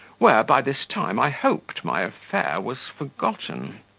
where, by this time, i hoped my affair was forgotten.